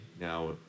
now